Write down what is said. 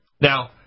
Now